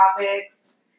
topics